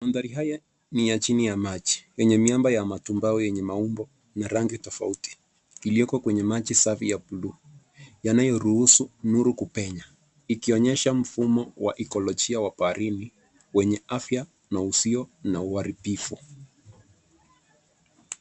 Mandhari ya haya ni ya chini ya maji yenye miamba ya matumbao yenye maumbo na rangi tofauti iliyoko kwenye maji safi ya buluu yanayoruhusu nuru kupenya. Ikionyesha mfumo wa ekolojia wa baharini wenye afya na usio na uharibifu.